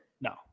No